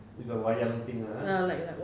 it's a wayang thing lah ah